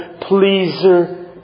pleaser